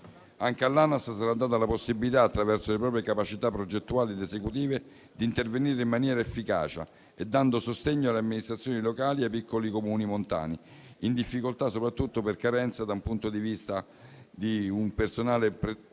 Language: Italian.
Anche all'ANAS sarà data la possibilità, attraverso le proprie capacità progettuali ed esecutive, di intervenire in maniera efficace e dando sostegno alle amministrazioni locali e ai piccoli Comuni montani (in difficoltà soprattutto per carenze di personale formato